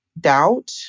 doubt